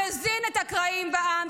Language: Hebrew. שחיים נהרסו בגלל ההפקרה שלך.